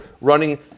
running